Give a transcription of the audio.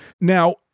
Now